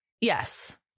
yes